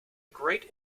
great